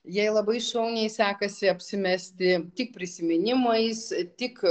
jai labai šauniai sekasi apsimesti tik prisiminimais tik